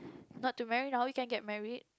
not to marry now you can get married